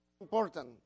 important